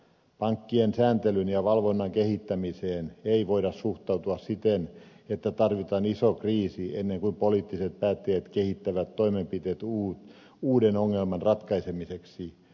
pankkien sääntelyn ja valvonnan kehittämiseen ei voida suhtautua siten että tarvitaan iso kriisi ennen kuin poliittiset päättäjät kehittävät toimenpiteet uuden ongelman ratkaisemiseksi